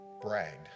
bragged